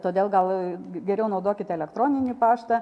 todėl gal geriau naudokite elektroninį paštą